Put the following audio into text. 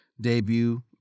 debut